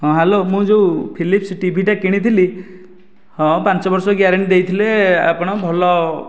ହଁ ହ୍ୟାଲୋ ମୁଁ ଯେଉଁ ଫିଲିପ୍ସ ଟିଭିଟା କିଣିଥିଲି ହଁ ପାଞ୍ଚ ବର୍ଷ ଗ୍ୟାରେଣ୍ଟି ଦେଇଥିଲେ ଆପଣ ଭଲ